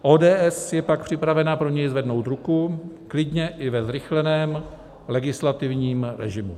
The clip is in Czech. ODS je pak připravena pro něj zvednout ruku klidně i ve zrychleném legislativním režimu.